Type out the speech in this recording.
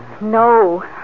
No